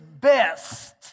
best